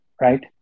right